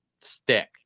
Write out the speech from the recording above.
stick